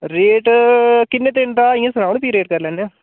rate किन्ने दिन दा इ'यां सनाओ ना भी रेट करी लैन्ना